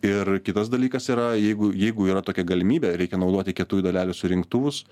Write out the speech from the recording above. ir kitas dalykas yra jeigu jeigu yra tokia galimybė reikia naudoti kietųjų dalelių surinktuvus